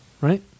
right